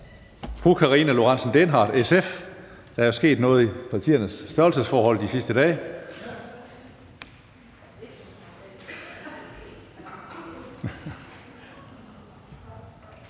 Der er sket noget i partiernes størrelsesforhold de sidste dage.